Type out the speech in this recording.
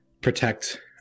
protect